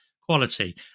quality